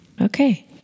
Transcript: okay